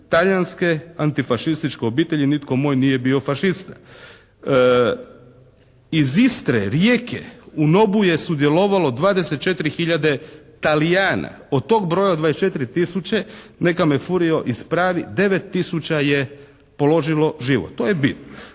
talijanske antifašističke obitelji i nitko moj nije bio fašista. Iz Istre, Rijeke u NOB-u je sudjelovalo 24 hiljade Talijane. Od tog broja od 24 tisuće neka me Furio ispravi 9 tisuća je položilo život. To je bit.